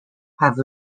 have